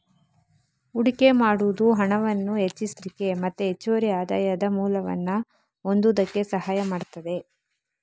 ಹೂಡಿಕೆ ಮಾಡುದು ಹಣವನ್ನ ಹೆಚ್ಚಿಸ್ಲಿಕ್ಕೆ ಮತ್ತೆ ಹೆಚ್ಚುವರಿ ಆದಾಯದ ಮೂಲವನ್ನ ಹೊಂದುದಕ್ಕೆ ಸಹಾಯ ಮಾಡ್ತದೆ